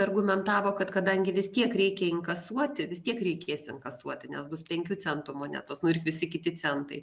argumentavo kad kadangi vis tiek reikia inkasuoti vis tiek reikės inkasuoti nes bus penkių centų monetos nu ir visi kiti centai